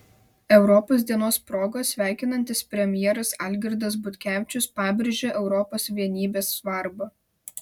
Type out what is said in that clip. europos dienos proga sveikinantis premjeras algirdas butkevičius pabrėžia europos vienybės svarbą